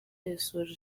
yasoje